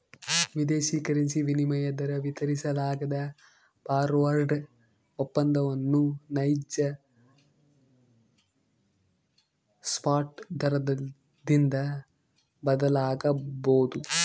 ವಿದೇಶಿ ಕರೆನ್ಸಿ ವಿನಿಮಯ ದರ ವಿತರಿಸಲಾಗದ ಫಾರ್ವರ್ಡ್ ಒಪ್ಪಂದವನ್ನು ನೈಜ ಸ್ಪಾಟ್ ದರದಿಂದ ಬದಲಾಗಬೊದು